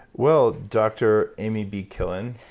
well, dr. amy b. killen.